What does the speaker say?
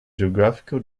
geographical